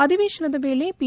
ಅಧಿವೇಶನದ ವೇಳೆ ಪಿ